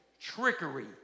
trickery